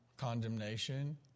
condemnation